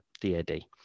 D-A-D